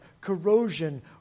corrosion